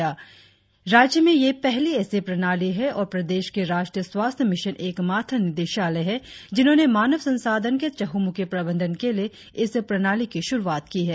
ये प्रणाली राज्य की पहली ऐसी प्रणाली है और राज्य में राष्ट्रीय स्वास्थ्य मिशन एकमात्र निदेशालय है जिन्होंने मानव संसाधन के चहुँमुखी प्रबंधन के लिए इस प्रणाली की शुरुआत की है